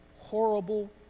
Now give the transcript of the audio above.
horrible